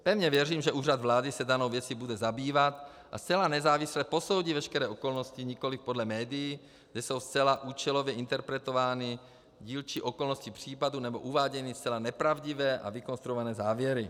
Pevně věřím, že Úřad vlády se danou věcí bude zabývat a zcela nezávisle posoudí veškeré okolnosti nikoliv podle médií, kde jsou zcela účelově interpretovány dílčí okolnosti případu nebo uváděny zcela nepravdivé a vykonstruované závěry.